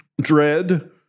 dread